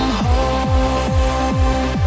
home